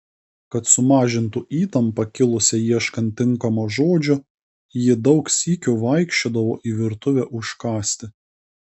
kad sumažintų įtampą kilusią ieškant tinkamo žodžio ji daug sykių vaikščiodavo į virtuvę užkąsti